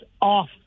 off